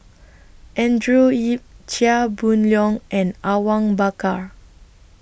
Andrew Yip Chia Boon Leong and Awang Bakar